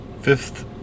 fifth